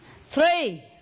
three